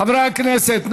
חברי הכנסת,